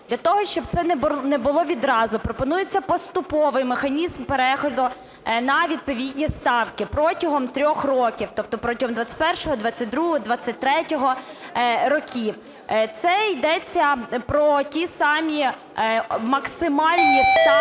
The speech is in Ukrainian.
Для того, щоб це не було відразу, пропонується поступовий механізм переходу на відповідні ставки протягом трьох років, тобто протягом 21-го, 22-го, 23-го років. Це йдеться про ті самі максимальні ставки,